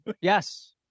Yes